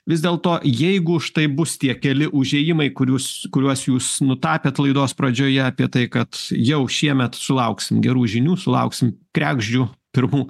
vis dėlto jeigu už tai bus tie keli užėjimai kur jūs kuriuos jūs nutapėt laidos pradžioje apie tai kad jau šiemet sulauksim gerų žinių sulauksim kregždžių pirmų